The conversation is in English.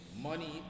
money